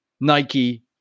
Nike